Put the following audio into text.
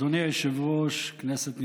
אדוני היושב-ראש, כנסת נכבדה,